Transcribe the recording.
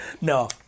No